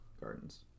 Gardens